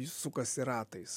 sukasi ratais